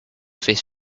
fish